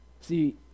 See